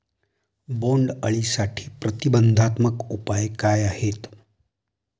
बोंडअळीसाठी प्रतिबंधात्मक उपाय काय आहेत?